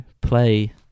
play